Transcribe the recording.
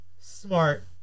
smart